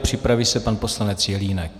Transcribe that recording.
Připraví se pan poslanec Jelínek.